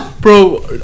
Bro